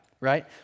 right